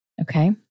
Okay